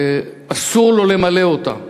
אסור לו למלא אותה,